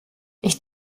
ich